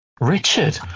richard